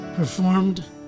performed